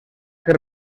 que